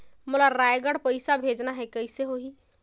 मोला रायगढ़ पइसा भेजना हैं, कइसे होही?